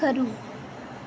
ખરું